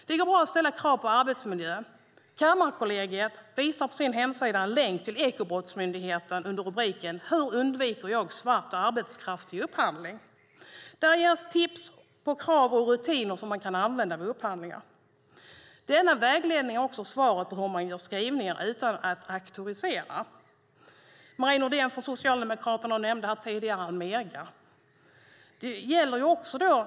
Det går bra att ställa krav på arbetsmiljö. Kammarkollegiet har på sin hemsida en länk till Ekobrottsmyndigheten under rubriken "Hur undviker jag svart arbetskraft i upphandlingar?" Där ges tips på krav och rutiner som man kan använda vid upphandlingar. Denna vägledning är också svaret på hur man gör skrivningar utan att auktorisera. Marie Nordén från Socialdemokraterna nämnde här tidigare Almega.